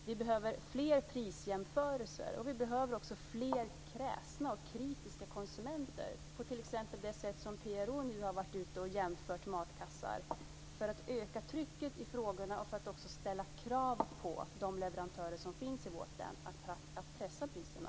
Vi behöver fler prisjämförelser och fler kräsna och kritiska konsumenter - PRO har t.ex. varit ute och jämfört matkassar - för att öka trycket i frågorna och ställa krav på de leverantörer som finns i vårt län att pressa priserna.